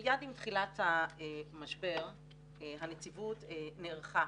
מייד עם תחילת המשבר הנציבות נערכה